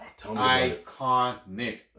Iconic